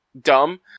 dumb